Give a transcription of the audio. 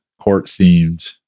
court-themed